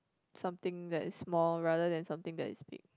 something that is small rather than something that is big